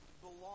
belong